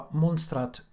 monstrat